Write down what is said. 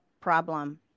problem